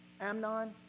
Amnon